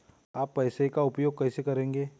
आप पैसे का उपयोग कैसे करेंगे?